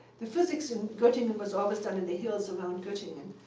the physics in gottingen was always done in the hills around gottingen,